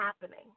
happening